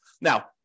Now